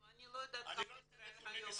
אני לא אתן נתונים מסחריים,